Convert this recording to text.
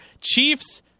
Chiefs